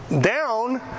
down